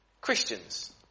Christians